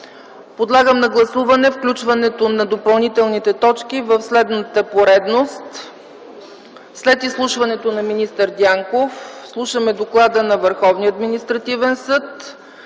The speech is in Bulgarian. Подлагам на гласуване включването на допълнителните точки в следната поредност: след изслушването на министър Дянков слушаме Доклада на Върховния административен съд,